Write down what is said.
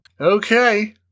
Okay